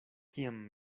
kiam